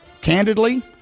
candidly